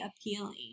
appealing